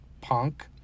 punk